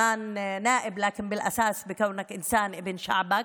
אבל בעיקר בהיותך אדם ובן לעם שלך,